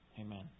Amen